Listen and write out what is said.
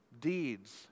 deeds